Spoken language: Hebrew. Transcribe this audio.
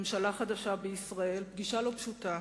ממשלה חדשה בישראל, פגישה לא פשוטה.